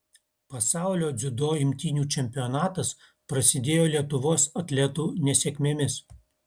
pasaulio dziudo imtynių čempionatas prasidėjo lietuvos atletų nesėkmėmis